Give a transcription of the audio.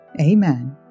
amen